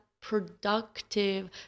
productive